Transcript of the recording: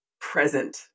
present